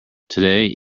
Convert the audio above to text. today